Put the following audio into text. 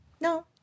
No